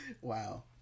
wow